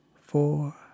four